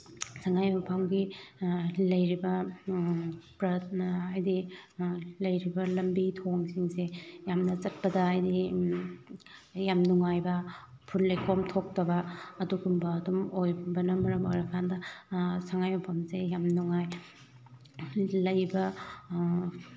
ꯁꯉꯥꯏꯌꯨꯝꯐꯝꯒꯤ ꯂꯩꯔꯤꯕ ꯄ꯭ꯔꯠꯅ ꯍꯥꯏꯗꯤ ꯂꯩꯔꯤꯕ ꯂꯝꯕꯤ ꯊꯣꯡꯁꯤꯡꯁꯦ ꯌꯥꯝꯅ ꯆꯠꯄꯗ ꯍꯥꯏꯗꯤ ꯌꯥꯝ ꯅꯨꯡꯉꯥꯏꯕ ꯎꯐꯨꯜ ꯂꯩꯈꯣꯝ ꯊꯣꯛꯇꯕ ꯑꯗꯨꯒꯨꯝꯕ ꯑꯗꯨꯝ ꯑꯣꯏꯕꯅ ꯃꯔꯝ ꯑꯣꯏꯔꯀꯥꯟꯗ ꯁꯉꯥꯏ ꯌꯨꯝꯐꯝꯁꯦ ꯌꯥꯝ ꯅꯨꯡꯉꯥꯏ ꯂꯩꯕ